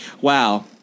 wow